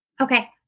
Okay